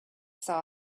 saw